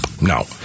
no